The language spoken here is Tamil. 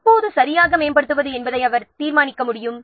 எப்போது மேம்படுத்த வேண்டும் என்பதை அவர் தீர்மானிக்க முடியும்